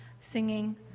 singing